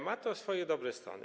Ma to swoje dobre strony.